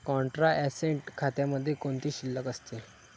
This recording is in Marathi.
कॉन्ट्रा ऍसेट खात्यामध्ये कोणती शिल्लक असते?